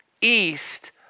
east